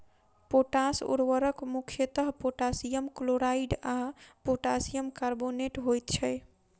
potash उर्वरक मुख्यतः potassium chloride आ पोटासियम कार्बोनेट होइत छै